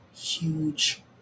huge